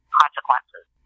consequences